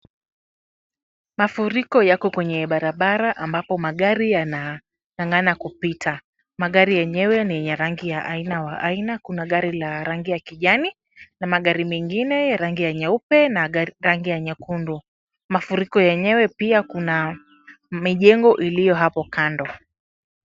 Mafuriko yako kwenye barabara ambapo magari yanang'ang'ana kupita. Magari yenyewe ni ya rangi aina aina. Kuna gari la rangi ya kijani na magari mingine ya rangi ya nyeupe na rangi ya nyekundu. Mafuriko yenye pia kuna mijengo iliyo hapo kando.